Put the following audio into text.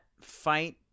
fight